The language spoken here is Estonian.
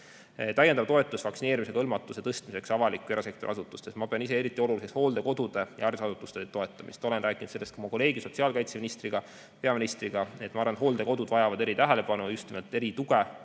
täiendav toetus vaktsineerimisega hõlmatuse tõstmiseks avaliku ja erasektori asutustes. Ma pean eriti oluliseks hooldekodude ja haridusasutuste toetamist. Olen rääkinud ka oma kolleegi sotsiaalkaitseministriga ja peaministriga sellest, et minu arvates hooldekodud vajavad eritähelepanu, just nimelt erituge